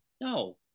no